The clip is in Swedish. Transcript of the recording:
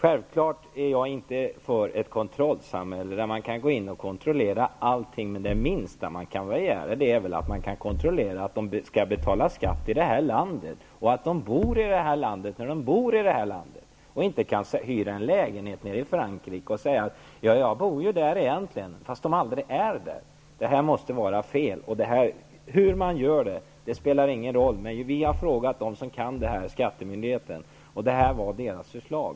Jag är självfallet inte för ett kontrollsamhälle där man kan gå in och kontrollera allt. Det minsta man kan begära är väl att man kan kontrollera att människor betalar skatt i det här landet och att de bor i det här landet. De skall väl inte kunna hyra en lägenhet i Frankrike och säga att de egentligen bor där fast de bor i Sverige och aldrig vistas i lägenheten i Frankrike. Det här måste vara fel. Det spelar ingen roll hur man kommer till rätta med det här. Vi har frågat skattemyndigheten som kan det här, och detta var skattemyndighetens förslag.